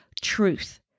truth